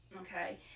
Okay